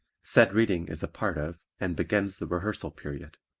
said reading is a part of and begins the rehearsal period.